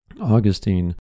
Augustine